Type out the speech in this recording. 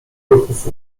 ruchów